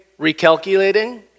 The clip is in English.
recalculating